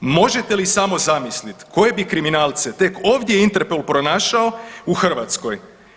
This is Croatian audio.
Možete li samo zamisliti koje bi kriminalce tek ovdje INTERPOL pronašao u Hrvatskoj?